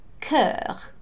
cœur